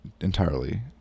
entirely